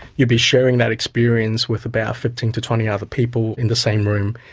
you'll be sharing that experience with about fifteen to twenty other people in the same room,